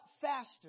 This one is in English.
faster